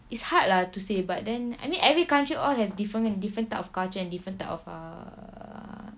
it's hard lah to say but then I mean every country all have different different type of culture and different type of err